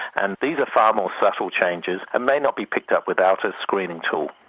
and these are far more subtle changes and may not be picked up without a screening tool.